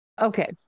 Okay